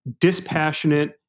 dispassionate